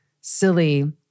silly